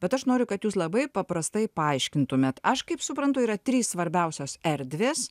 bet aš noriu kad jūs labai paprastai paaiškintumėt aš kaip suprantu yra trys svarbiausios erdvės